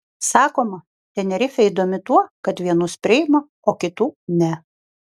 sakoma tenerifė įdomi tuo kad vienus priima o kitų ne